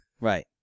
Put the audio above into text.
Right